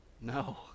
No